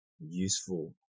useful